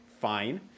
fine